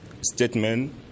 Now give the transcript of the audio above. statement